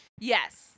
Yes